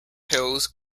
pills